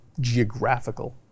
geographical